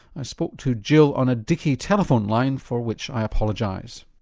i spoke to jill on a dicky telephone line for which i apologise.